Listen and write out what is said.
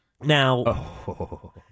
Now